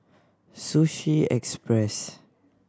Sushi Express